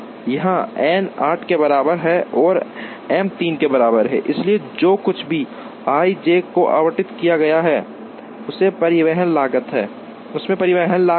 तो यहाँ n 8 के बराबर है और m 3 के बराबर है इसलिए जो कुछ भी i से j को आवंटित किया गया है उसमें परिवहन लागत है